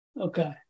Okay